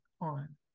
on